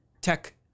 Tech